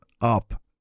Up